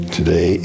Today